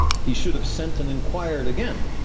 he should have sent and inquired again,